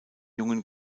jungen